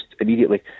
immediately